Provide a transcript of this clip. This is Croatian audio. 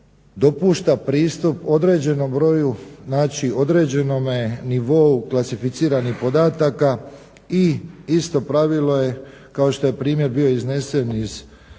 dopušta pristup određenom broju određenome nivou klasificiranih podataka i isto pravilo je kao što je primjer bio iznesen iz